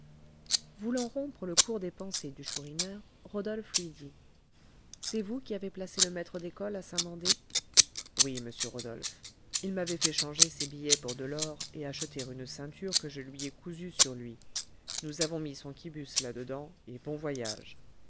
voulant rompre le cours des pensées du chourineur rodolphe lui dit c'est vous qui avez placé le maître d'école à saint-mandé oui monsieur rodolphe il m'avait fait changer ses billets pour de l'or et acheter une ceinture que je lui ai cousue sur lui nous avons mis son quibus là-dedans et bon voyage